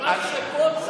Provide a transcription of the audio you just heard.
מה שפה צריך,